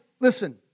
listen